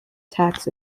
tax